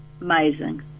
amazing